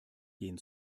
gehen